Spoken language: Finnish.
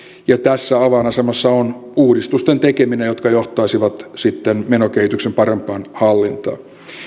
ja tässä avainasemassa on sellaisten uudistusten tekeminen jotka johtaisivat sitten menokehityksen parempaan hallintaan